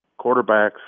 quarterbacks